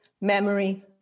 memory